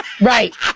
Right